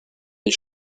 des